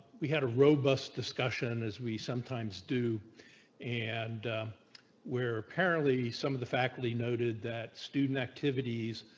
we had a robust discussion as we sometimes do and we are apparently some of the faculty noted that student activities